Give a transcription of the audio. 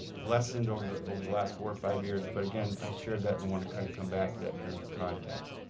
lessoned over the over the last four or five years, but again i shared that and want to kind of come back to that in terms of context.